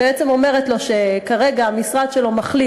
בעצם אומרת לו שכרגע המשרד שלו מחליט